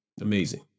Amazing